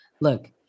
look